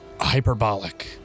hyperbolic